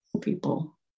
people